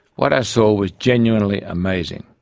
what i saw was genuinely amazing.